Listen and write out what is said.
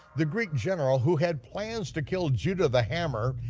the greek general who had plans to kill judah the hammer,